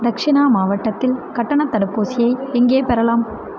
தக்ஷணா மாவட்டத்தில் கட்டணத் தடுப்பூசியை எங்கே பெறலாம்